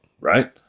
right